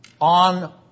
on